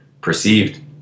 perceived